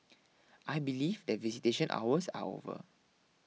I believe that visitation hours are over